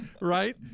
Right